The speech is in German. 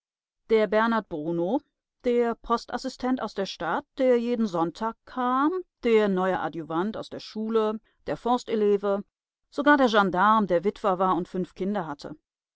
der bernert bruno der postassistent aus der stadt der jeden sonntag kam der neue adjuvant aus der schule der forsteleve sogar der gendarm der witwer war und fünf kinder hatte